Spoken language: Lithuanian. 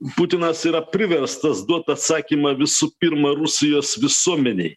putinas yra priverstas duot atsakymą visų pirma rusijos visuomenei